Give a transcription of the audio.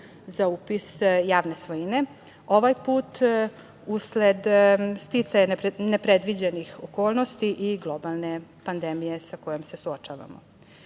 za upis javne svojine, ovaj put usled sticaja nepredviđenih okolnosti i globalne pandemije sa kojom se suočavamo. Sigurna